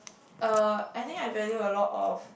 uh I think I value a lot of